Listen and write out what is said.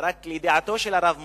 רק לידיעתו של הרב מוזס.